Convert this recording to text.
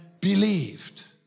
believed